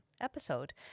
episode